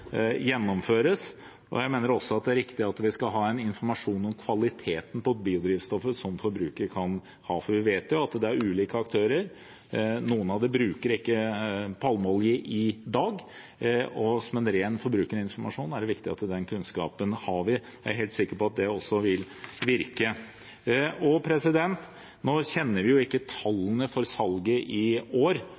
det er riktig at forbrukeren skal ha informasjon om kvaliteten på biodrivstoffet, for vi vet at det er ulike aktører. Noen av dem bruker ikke palmeolje i dag, og som en ren forbrukerinformasjon er det viktig å ha den kunnskapen. Jeg er helt sikker på at det også vil virke. Nå kjenner vi ikke tallene for salget i år,